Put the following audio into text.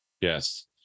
Yes